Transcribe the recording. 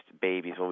babies